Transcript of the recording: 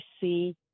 see